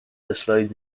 اسلاید